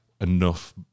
enough